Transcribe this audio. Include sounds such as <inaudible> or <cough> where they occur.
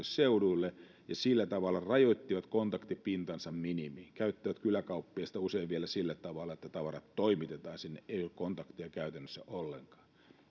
<unintelligible> seuduille ja sillä tavalla rajoittivat kontaktipintansa minimiin käyttävät kyläkauppiasta usein vielä sillä tavalla että tavarat toimitetaan sinne eikä ole kontakteja käytännössä ollenkaan